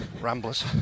ramblers